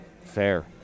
Fair